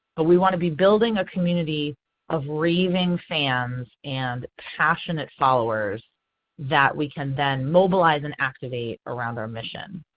but we want to be building a community of raving fans and passionate followers that we can then mobilize and activate around our mission.